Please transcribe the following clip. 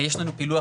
יש לנו פילוח,